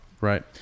Right